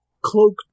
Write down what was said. cloaked